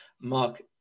Mark